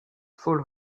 fall